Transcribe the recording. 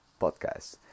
podcast